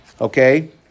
okay